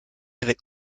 avec